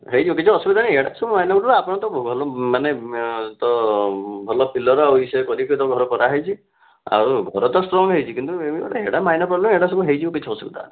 ହେଇଯିବ କିଛି ଅସୁବିଧା ନାହିଁ ଆପଣତ ମାନେ ତ ଭଲ ପିଲାର ଆଉ ଇଏ ସିଏ କରିକି ଘର କରାହେଇଛି ଆଉ ଘର ତ ଷ୍ଟ୍ରଙ୍ଗ୍ ହେଇଛି କିନ୍ତୁ ହେଇଟା ମାଇନର ପ୍ରୋବ୍ଲେମ୍ ହେଇଟା ସବୁ ହେଇଯିବ କିଛି ଅସୁବିଧା ନାହିଁ